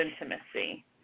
intimacy